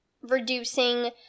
reducing